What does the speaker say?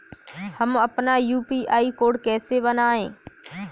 हम अपना UPI code कैसे बनाएँ?